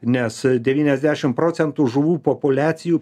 nes devyniasdešim procentų žuvų populiacijų